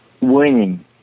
winning